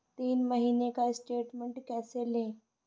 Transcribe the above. तीन महीने का स्टेटमेंट कैसे लें?